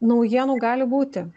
naujienų gali būti